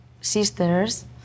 sisters